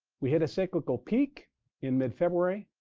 we hit a cyclical peak in mid-february,